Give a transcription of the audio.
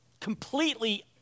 completely